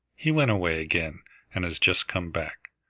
he went away again and has just come back.